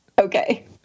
Okay